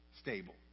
stable